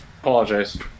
apologize